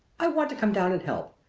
i want to come down and help.